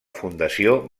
fundació